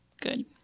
good